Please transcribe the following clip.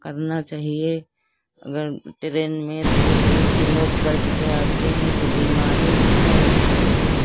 करना चाहिए अगर टीरेन में दूर दूर के लोग बैठ कर आते हैं तो बीमारी भी फ़ैल सकती है